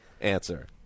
answer